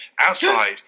outside